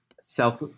self